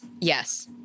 yes